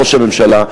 ראש הממשלה,